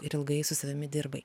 ir ilgai su savimi dirbai